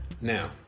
Now